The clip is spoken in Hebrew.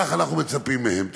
כך אנחנו מצפים מהם.